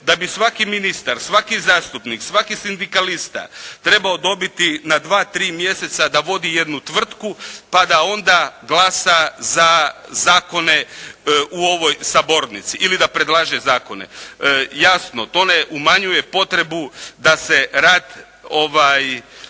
da bi svaki ministar, svaki zastupnik, svaki sindikalista trebao dobiti na 2, 3 mjeseca da vodi jednu tvrtku pa da onda glasa za zakone u ovoj sabornici ili da predlaže zakone. Jasno, to ne umanjuje potrebu da se rad